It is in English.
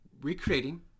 recreating